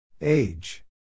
Age